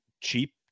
cheap